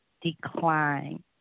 decline